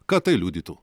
ką tai liudytų